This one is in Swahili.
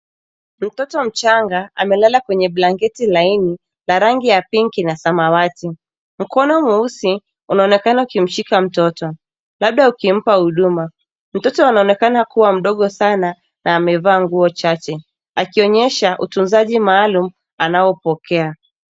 Mtoto mchanga, amelala kwenye blanketi laini ya rangi ya pinki na samawati. Mkono mweusi, unaonekana ukimshika mtoto, labda ukimpa huduma. Mtoto anaonekana kuwa mdogo sana na amevaa nguo chache, akionyesha utunzaji maalumu anaopokea.